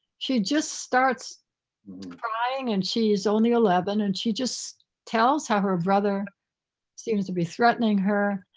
she just starts crying and she's only eleven and she just tells how her brother seems to be threatening her,